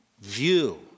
view